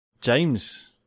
james